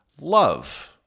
love